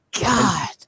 god